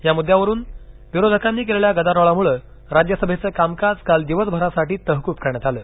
या मुद्द्यावरून विरोधकांनी केलेल्या गदारोळामुळे राज्यसभेचं कामकाज काल दिवसभरासाठी तहकूब करण्यात आलं